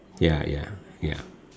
ya ya ya